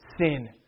sin